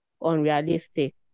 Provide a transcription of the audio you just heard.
unrealistic